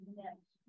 next